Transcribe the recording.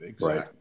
Right